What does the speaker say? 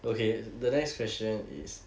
okay the next question is